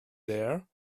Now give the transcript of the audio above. there